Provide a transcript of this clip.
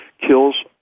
kills